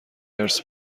ارث